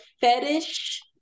fetish